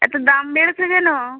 এত দাম বেড়েছে কেন